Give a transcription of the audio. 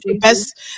best